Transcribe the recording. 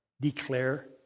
declare